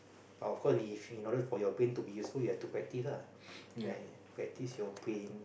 of course if in order for your brain to be useful you have to practice lah right practice your brain